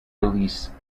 release